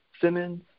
Simmons